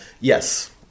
Yes